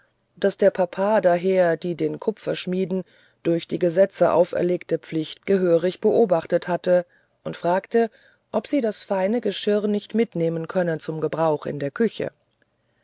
daß der papa daher die den kupferschmieden durch die gesetze auferlegte pflicht gehörig beobachtet habe und fragte ob sie das feine geschirr nicht mitnehmen könne zum gebrauch in der küche